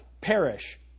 perish